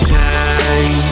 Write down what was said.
time